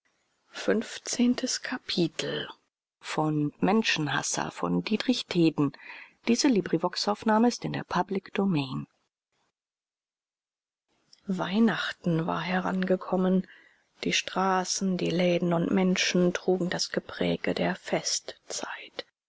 weihnachten war herangekommen die straßen die läden und menschen trugen das gepräge der festzeit